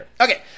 Okay